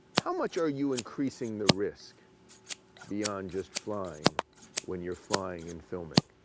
how much are you increasing the risk beyond just flying when you're flying and filming?